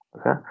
Okay